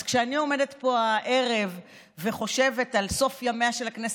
אז כשאני עומדת פה הערב וחושבת על סוף ימיה של הכנסת,